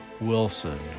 Wilson